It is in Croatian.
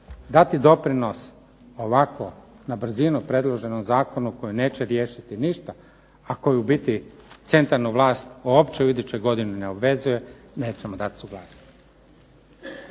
dati doprinos ovako na brzinu predloženom zakonu koji neće riješiti ništa, a koji u biti centralnu vlast uopće u idućoj godini ne obvezuje nećemo dati suglasnost.